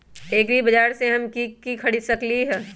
एग्रीबाजार से हम की की खरीद सकलियै ह?